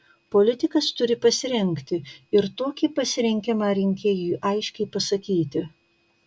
politikas turi pasirinkti ir tokį pasirinkimą rinkėjui aiškiai pasakyti